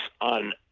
on